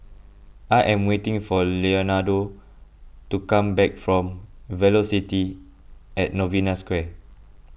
I am waiting for Leonardo to come back from Velocity at Novena Square